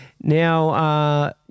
Now